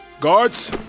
Guards